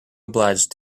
obliged